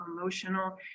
emotional